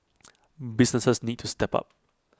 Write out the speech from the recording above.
businesses need to step up